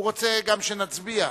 הוא רוצה גם שנצביע.